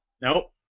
Nope